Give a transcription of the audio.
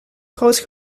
grootste